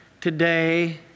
today